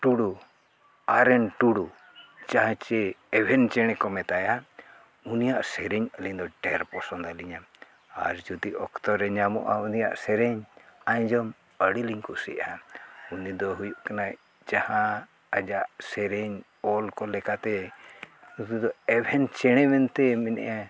ᱴᱩᱰᱩ ᱟᱨ ᱮᱱ ᱴᱩᱰᱩ ᱡᱟᱦᱟᱸ ᱪᱮ ᱮᱵᱷᱮᱱ ᱪᱮᱬᱮ ᱠᱚ ᱢᱮᱛᱟᱭᱟ ᱩᱱᱤᱭᱟᱜ ᱥᱮᱨᱮᱧ ᱟᱞᱤᱧ ᱫᱚ ᱰᱷᱮᱨ ᱯᱚᱥᱚᱱᱫ ᱟᱹᱞᱤᱧᱟ ᱟᱨ ᱡᱩᱫᱤ ᱚᱠᱛᱚ ᱨᱮ ᱧᱟᱢᱚᱜᱼᱟ ᱩᱱᱤᱭᱟᱜ ᱥᱮᱨᱮᱧ ᱟᱡᱚᱢ ᱟᱹᱰᱤ ᱞᱤᱧ ᱠᱩᱥᱤᱭᱟᱜᱼᱟ ᱩᱱᱤ ᱫᱚ ᱦᱩᱭᱩᱜ ᱠᱟᱱᱟ ᱡᱟᱦᱟᱸ ᱟᱡᱟᱜ ᱥᱮᱨᱮᱧ ᱚᱞ ᱠᱚ ᱞᱮᱠᱟᱛᱮ ᱮᱵᱷᱮᱱ ᱪᱮᱬᱮ ᱢᱮᱱᱛᱮ ᱢᱮᱱᱮᱜᱼᱟᱭ